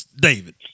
David